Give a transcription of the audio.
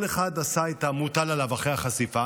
כל אחד עשה את המוטל עליו אחרי החשיפה.